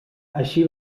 així